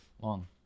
Long